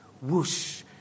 whoosh